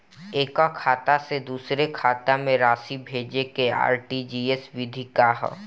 एकह खाता से दूसर खाता में राशि भेजेके आर.टी.जी.एस विधि का ह?